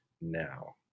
now